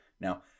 Now